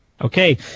Okay